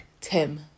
Tim